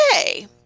okay